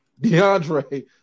DeAndre